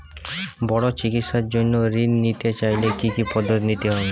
বড় চিকিৎসার জন্য ঋণ নিতে চাইলে কী কী পদ্ধতি নিতে হয়?